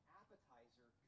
appetizer